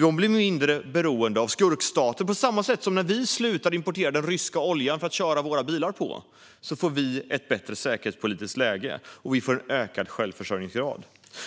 De blir mindre beroende av skurkstater, på samma sätt som när vi slutade importerade den ryska olja som vi körde våra bilar på. Vi får ett bättre säkerhetspolitiskt läge och en ökad självförsörjningsgrad.